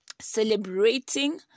Celebrating